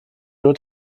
nur